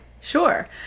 Sure